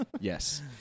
Yes